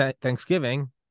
Thanksgiving